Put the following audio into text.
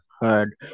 heard